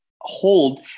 hold